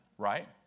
Right